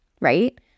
right